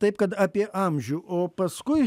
taip kad apie amžių o paskui